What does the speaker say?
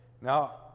Now